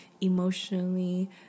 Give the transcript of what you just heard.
emotionally